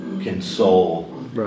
console